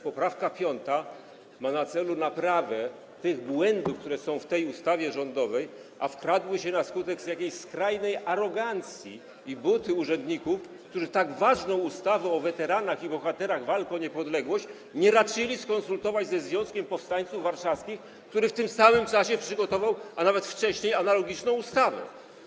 Poprawka 5. ma na celu naprawę błędów, które są w tej ustawie rządowej, a wkradły się tam na skutek jakiejś skrajnej arogancji i buty urzędników, którzy tak ważnej ustawy o weteranach i bohaterach walk o niepodległość nie raczyli skonsultować ze Związkiem Powstańców Warszawskich, który w tym samym czasie, a nawet wcześniej, przygotował analogiczną ustawę.